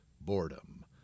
boredom